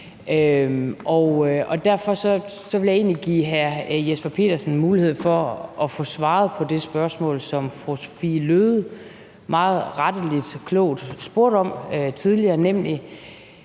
Derfor vil jeg egentlig give hr. Jesper Petersen mulighed for at få svaret på det spørgsmål, som fru Sophie Løhde retteligt og meget klogt spurgte om tidligere,